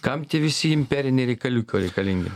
kam tie visi imperiniai reikaliukai reikalingi